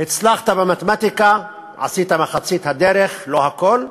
הצלחת במתמטיקה, עשית מחצית הדרך, לא הכול,